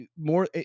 more